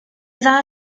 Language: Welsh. dda